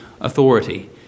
authority